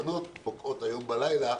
התקנות פוקעות היום בלילה,